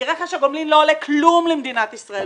כי רכש הגומלין לא עולה כלום למדינת ישראל,